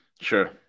sure